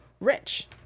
rich